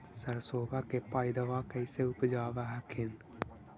सरसोबा के पायदबा कैसे उपजाब हखिन?